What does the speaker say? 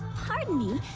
hardin e.